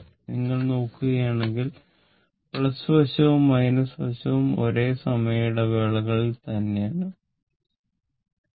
നിങ്ങൾ നോക്കുകയാണെങ്കിൽ വശവും വശവും ഒരേ സമയ ഇടവേളയിൽ ഒന്നുതന്നെയാണ്